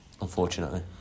unfortunately